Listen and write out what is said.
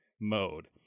mode